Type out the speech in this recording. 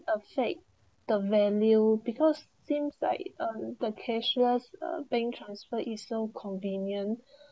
upset the value because seems like um the cashless uh bank transfer is so convenient